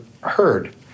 heard